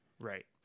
Right